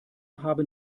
haben